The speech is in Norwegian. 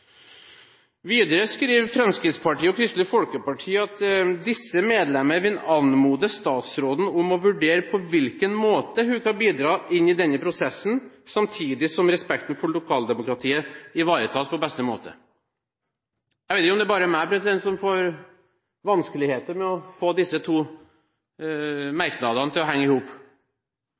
Videre skriver Fremskrittspartiet og Kristelig Folkeparti: «Disse medlemmer vil anmode statsråden om å vurdere på hvilken måte hun kan bidra i denne prosessen samtidig som respekten for lokaldemokratiet ivaretas på beste måte.» Jeg vet ikke om det bare er jeg som har vanskeligheter med å få disse to merknadene til å henge i hop.